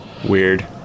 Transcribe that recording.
weird